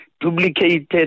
Duplicated